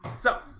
so